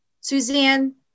Suzanne